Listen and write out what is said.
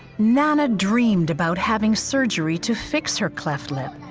nana dreamed about having surgery to fix her cleft lip.